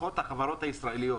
לפחות החברות הישראליות